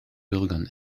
bürgern